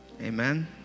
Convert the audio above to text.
Amen